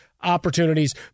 opportunities